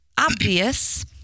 obvious